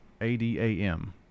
A-D-A-M